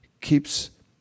keeps